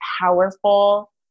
powerful